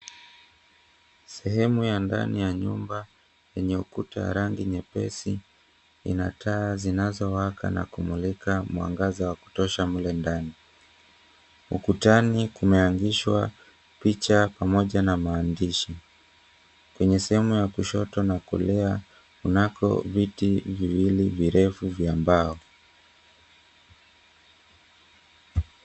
Sehemu ya ndani ya nyumba yenye ukuta wa rangi nyepesi ina taa zinazo waka na kumulika mwangaza wa kutosha mle ndani. Ukutani kumeangishwa picha pamoja na maandishi. Kwenye sehemu ya kushoto na kulia kunako viti viwili virefu vya mbao.